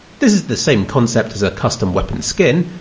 this is the same concept as a custom weapon skin,